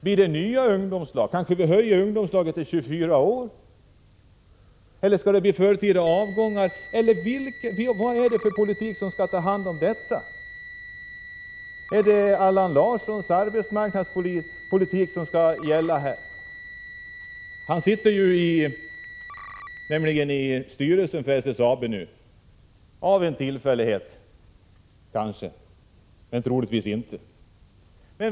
Blir det nya ungdomslag? Kanske vi höjer åldersgränsen i ungdomslagen till 24 år? Skall det bli förtida avgångar? Vad är det för politik som skall ge lösning på dessa frågor? Är det Allan Larssons arbetsmarknadspolitik som skall gälla? Han sitter nämligen i styrelsen för SSAB nu — av en tillfällighet kanske, men troligtvis inte.